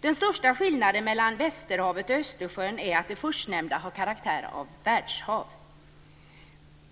Den största skillnaden mellan västerhavet och Östersjön är att det förstnämnda har karaktär av världshav.